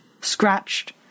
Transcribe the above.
scratched